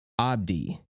Abdi